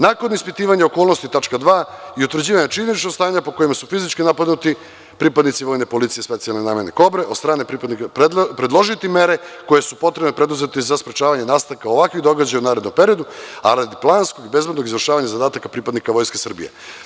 Nakon ispitivanja okolnosti tačka 2. i utvrđivanja činjeničnog stanja pod kojima su fizički napadnuti pripadnici vojne policije specijalne namene „Kobre“ predložiti mere koje su potrebne preduzeti za sprečavanje nastanka ovakvih događaja u narednom periodu, a radi planskog i bezbednog izvršavanja zadataka pripadnika Vojske Srbije.